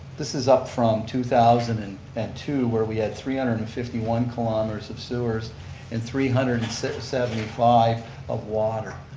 this is up from two thousand and and two where we had three hundred and fifty one kilometers of sewers and three hundred and seventy five of water.